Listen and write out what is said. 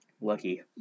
Lucky